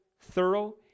thorough